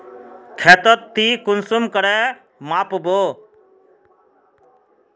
खेतोक ती कुंसम करे माप बो?